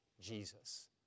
Jesus